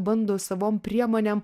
bando savom priemonėm